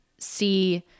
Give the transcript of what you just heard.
See